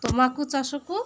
ତମ୍ବାଖୁ ଚାଷକୁ